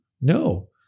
No